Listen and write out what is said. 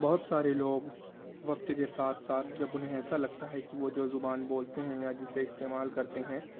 بہت سارے لوگ وقت کے ساتھ ساتھ جب انہیں ایسا لگتا ہے کہ وہ جو زبان بولتے ہیں یا جسے استعمال کرتے ہیں